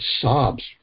sobs